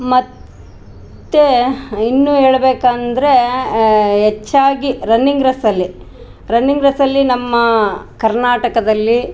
ಮತ್ತು ಇನ್ನೂ ಹೇಳ್ಬೇಕು ಅಂದರೆ ಹೆಚ್ಚಾಗಿ ರನ್ನಿಂಗ್ ರೇಸ್ ಅಲ್ಲಿ ರನ್ನಿಂಗ್ ರೇಸ್ ಅಲ್ಲಿ ನಮ್ಮ ಕರ್ನಾಟಕದಲ್ಲಿ